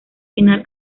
final